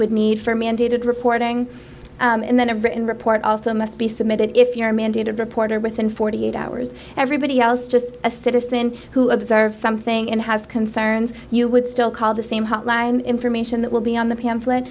would need for mandated reporting and then a written report also must be submitted if you are mandated reporter within forty eight hours everybody else just a citizen who observe something and has concerns you would still call the same hotline information that will be on the pamphlet